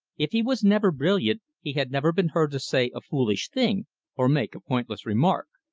if he was never brilliant, he had never been heard to say a foolish thing or make a pointless remark.